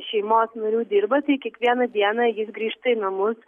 šeimos narių dirba tai kiekvieną dieną jis grįžta į namus